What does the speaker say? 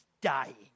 dying